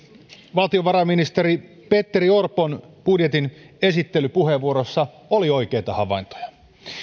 valtiovarainministeri petteri orpon budjetin esittelypuheenvuorossa oli oikeita havaintoja